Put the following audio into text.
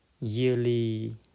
yearly